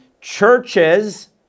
churches